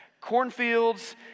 Cornfields